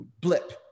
blip